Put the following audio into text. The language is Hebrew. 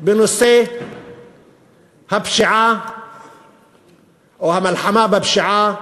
בנושא הפשיעה או המלחמה בפשיעה